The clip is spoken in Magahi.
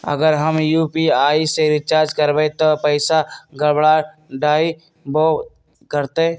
अगर हम यू.पी.आई से रिचार्ज करबै त पैसा गड़बड़ाई वो करतई?